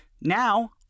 Now